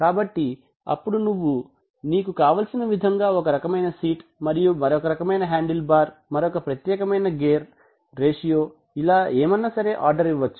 కాబట్టి అప్పుడు నువ్వు నీకు కావలసిన విధంగా ఒక రకమైన సీట్ మరియు మరియొక రకమైన హ్యాండిల్ బార్ మరొక ప్రత్యేకమైన గేర్ రేషియో ఇలా ఏమైనా సరే ఆర్డర్ ఇవ్వొచ్చు